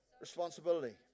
responsibility